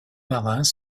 marins